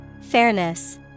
Fairness